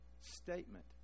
statement